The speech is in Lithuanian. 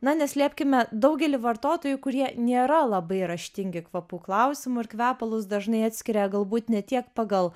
na neslėpkime daugelį vartotojų kurie nėra labai raštingi kvapų klausimu ir kvepalus dažnai atskiria galbūt ne tiek pagal